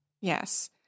Yes